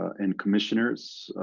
and commissioners,